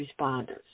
responders